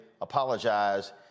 apologize